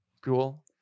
cool